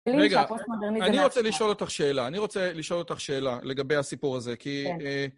רגע, אני רוצה לשאול אותך שאלה, אני רוצה לשאול אותך שאלה לגבי הסיפור הזה, כי...